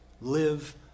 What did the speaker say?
live